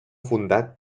fundat